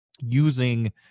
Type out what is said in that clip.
using